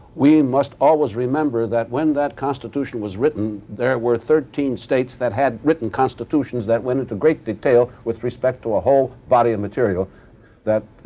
we must always remember that when that constitution was written, there were thirteen states that had written constitutions that went into great detail with respect to a whole body of material that.